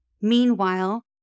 Meanwhile